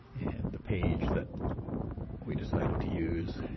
and the page that we decided to use